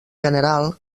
general